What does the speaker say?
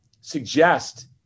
suggest